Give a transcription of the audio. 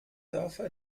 dörfer